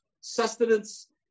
sustenance